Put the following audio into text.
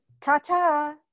Ta-ta